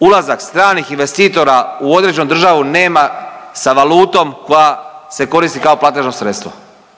ulazak stranih investitora u određenu državu nema sa valutom koja se koristi kao platežno sredstvo.